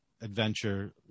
adventure